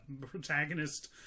protagonist